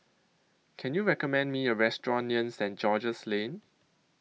Can YOU recommend Me A Restaurant near Saint George's Lane